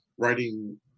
writing